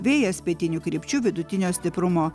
vėjas pietinių krypčių vidutinio stiprumo